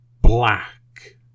black